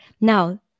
Now